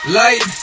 light